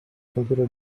computer